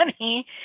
money